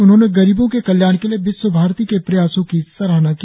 उन्होंने गरीबों के कल्याण के लिए विश्वभारती के प्रयासों की सराहना की